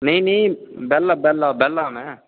नेईं नेईं बेह्ला बेह्ला में